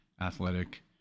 athletic